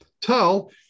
Tell